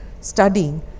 studying